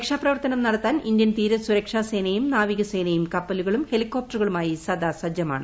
രക്ഷാപ്രവർത്തനം നടത്താൻ ഇന്ത്യൻ തീരസുരക്ഷാസേനയും നാവികസേനയും കപ്പലുകളും ഹെലികോപ്റ്ററുകളുമായി സദാ സജ്ജമാണ്